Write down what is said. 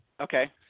Okay